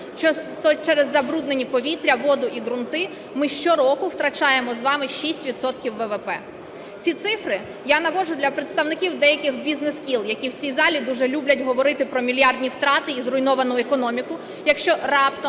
через забруднені повітря, воду і ґрунти, ми щороку втрачаємо з вами 6 відсотків ВВП. Ці цифри я наводжу для представників деяких бізнес-кіл, які в цій залі дуже люблять говорити про мільярдні втрати і зруйновану економіку, якщо раптом,